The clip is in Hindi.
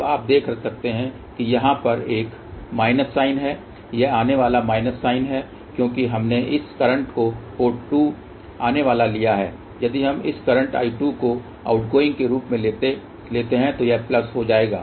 अब आप देख सकते हैं कि यहां पर एक माइनस साइन है यह आने वाला माइनस साइन है क्योंकि हमने इस करंट को पोर्ट 2 आने वाला लिया है यदि हम इस करंट I2 को आउटगोइंग के रूप में लेते हैं तो यह प्लस हो जाएगा